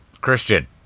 Christian